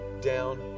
down